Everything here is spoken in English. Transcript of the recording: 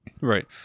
Right